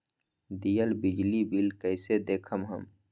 दियल बिजली बिल कइसे देखम हम?